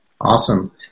Awesome